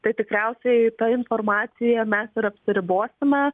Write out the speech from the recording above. tai tikriausiai ta informacija mes ir apsiribosime